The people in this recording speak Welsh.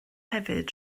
hefyd